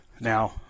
Now